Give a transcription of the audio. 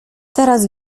teraz